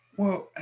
well,